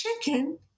chicken